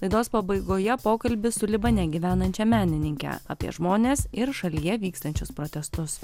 laidos pabaigoje pokalbis su libane gyvenančia menininke apie žmones ir šalyje vykstančius protestus